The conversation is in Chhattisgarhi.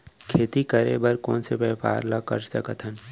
खेती करे बर कोन से व्यापार ला कर सकथन?